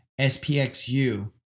SPXU